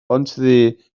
bontddu